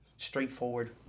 straightforward